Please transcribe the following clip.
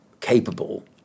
capable